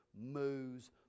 moves